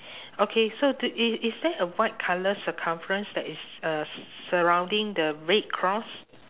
okay so to i~ is there a white colour circumference that is uh surrounding the red cross